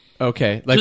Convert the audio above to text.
Okay